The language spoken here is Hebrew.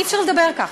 אי-אפשר לדבר ככה.